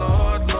Lord